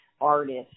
artist